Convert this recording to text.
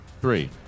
three